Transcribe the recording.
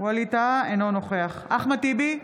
אינו נוכח אחמד טיבי,